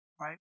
right